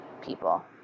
people